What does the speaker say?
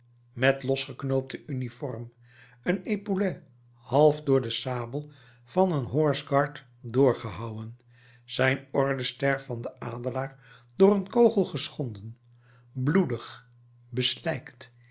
met losgeknoopte uniform een epaulet half door de sabel van een horseguard doorgehouwen zijn ordester van den adelaar door een kogel geschonden bloedig beslijkt